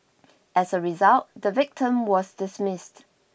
as a result the victim was dismissed